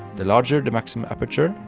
the larger the maximum aperture,